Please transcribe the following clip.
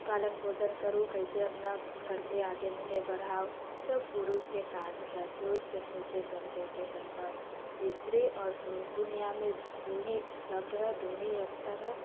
पालन पोषण करू कैसे अपना घरके आगे मुँहे बढ़ाउ सभ पुरुषके काज हय पुरुषके सोचै समझैके हय बस स्त्री आओर पुरुष दुनियामे दू ही शब्द हय दू ही अक्षर हय